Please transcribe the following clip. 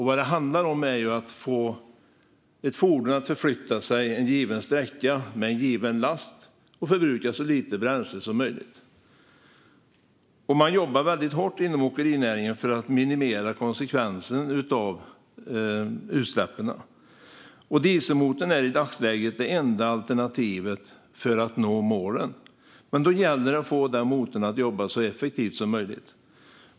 Vad det handlar om är att få ett fordon att förflytta sig en given sträcka med en given last och förbruka så lite bränsle som möjligt. Man jobbar mycket hårt inom åkerinäringen för att minimera konsekvenserna av utsläppen. Dieselmotorn är i dagsläget det enda alternativet för att nå målen. Men då gäller det att få den motorn att jobba så effektivt som möjligt.